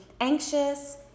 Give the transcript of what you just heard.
anxious